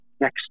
next